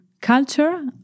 culture